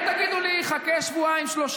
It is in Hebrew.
אם תגידו לי: חכה שבועיים-שלושה,